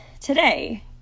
today